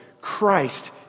Christ